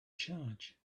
charge